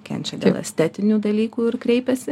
kenčia dėl estetinių dalykų ir kreipiasi